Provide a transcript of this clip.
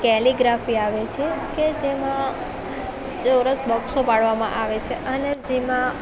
calligraphy આવે છે કે જેમાં ચોરસ બોક્ષો પાડવામાં આવે છે અને જેમાં